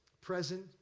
present